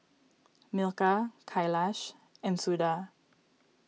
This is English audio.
Milkha Kailash and Suda